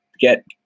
get